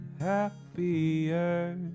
happier